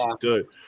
good